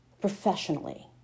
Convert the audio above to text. professionally